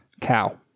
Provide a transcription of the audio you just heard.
Cow